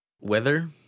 weather